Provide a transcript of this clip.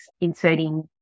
inserting